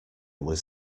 was